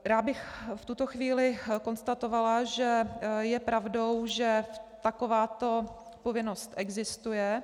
Já bych v tuto chvíli konstatovala, že je pravdou, že takováto povinnost existuje.